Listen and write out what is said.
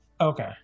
Okay